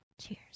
Cheers